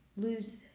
lose